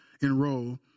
enroll